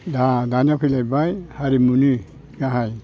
दा दानिया फैलायबाय हारिमुनि गाहाय